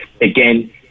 again